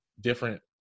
different